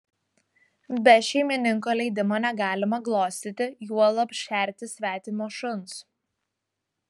be šeimininko leidimo negalima glostyti juolab šerti svetimo šuns